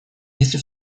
если